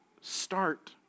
start